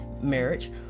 marriage